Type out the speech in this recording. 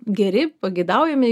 geri pageidaujami